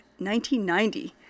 1990